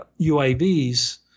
UAVs